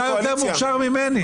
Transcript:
אבל אתה יותר מוכשר ממני.